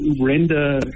render